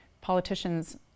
politicians